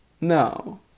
no